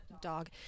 dog